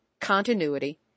continuity